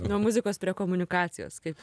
nuo muzikos prie komunikacijos kaip